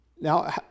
Now